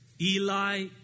Eli